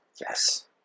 Yes